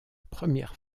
première